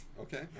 Okay